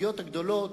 הסוגיות הגדולות,